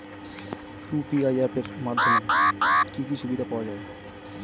UPI app এর মাধ্যমে কি কি সুবিধা পাওয়া যায়?